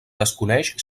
desconeix